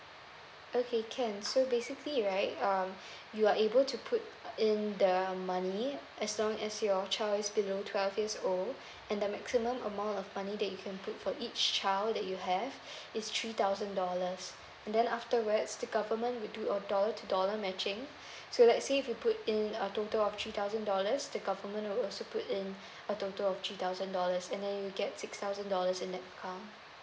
okay can so basically right um you are able to put in the money as long as your child is below twelve years old and the maximum amount of money that you can put for each child that you have is three thousand dollars and then afterwards the government would do a dollar to dollar matching so let's say if you put in a total of three thousand dollars the government would also put in a total of three thousand dollars and then you get six thousand dollars in that account